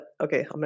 okay